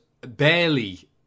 barely